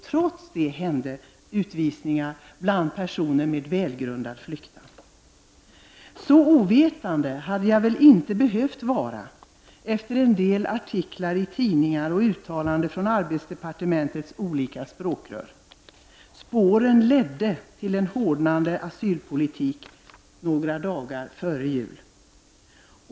Trots det skedde utvisningar bland personer med väl grundad fruktan. Så ovetande hade jag väl inte behövt vara efter att ha tagit del av en del artiklar i tidningar och uttalanden från arbetsmarknadsdepartementets olika språkrör. Spåren ledde mot en hårdnande asylpolitik några dagar före jul.